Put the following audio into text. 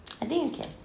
I think you can